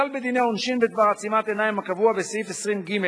הכלל בדיני עונשין בדבר עצימת עיניים הקבוע בסעיף 20(ג)